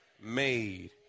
made